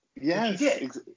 Yes